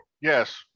Yes